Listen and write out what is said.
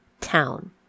town